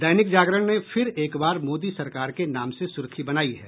दैनिक जागरण ने फिर एक बार मोदी सरकार के नाम से सुर्खी बनायी है